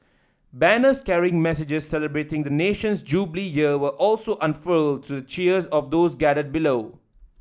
banners carrying messages celebrating the nation's Jubilee Year were also unfurled to the cheers of those gathered below